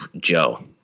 Joe